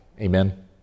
Amen